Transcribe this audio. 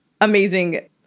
amazing